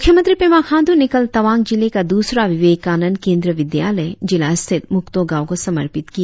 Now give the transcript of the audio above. मुखयमंत्री पेमा खांडू ने कल तवांग जिले का दुसरा वीवेकानन्द केन्द्रीय विद्यालय जिला स्थित मुक्तो गाँव को समर्पित किया